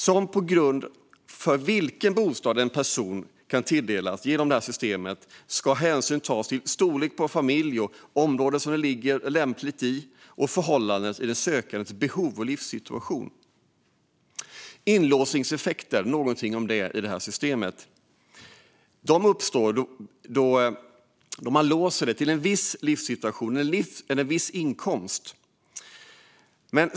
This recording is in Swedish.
Som grund för vilken bostad en person kan tilldelas genom systemet ska hänsyn tas till storlek på familjen och vilka områden som ligger lämpligt i förhållande till den sökandes behov och livssituation. Inlåsningseffekter uppstår i systemet om man låser det till en viss livssituation och en viss inkomst.